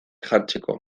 jartzeko